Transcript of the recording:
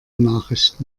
nachricht